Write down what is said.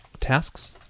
tasks